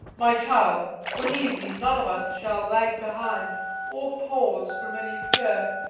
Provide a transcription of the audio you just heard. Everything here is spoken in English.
my child, believe me none of us shall lag behind or pause from any fear.